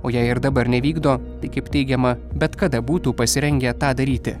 o jei ir dabar nevykdo tai kaip teigiama bet kada būtų pasirengę tą daryti